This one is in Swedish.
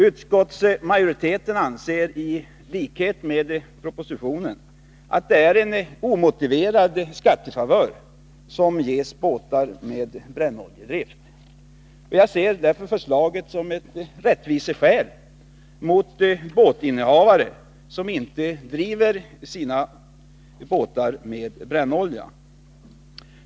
Utskottsmajoriteten anser i likhet med föredragande statsråd i propositionen att det är en omotiverad skattefavör som ges för båtar med brännoljedrift. Jag ser därför förslaget som en rättvisa gentemot båtinnehavare som inte driver sina båtar med brännolja.